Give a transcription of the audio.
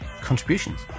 contributions